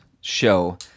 show